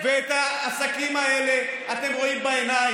אתה משקר.